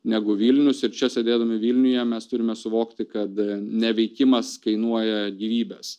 negu vilnius ir čia sėdėdami vilniuje mes turime suvokti kad neveikimas kainuoja gyvybes